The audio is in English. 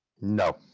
no